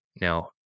Now